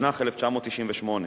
התשנ"ח 1998,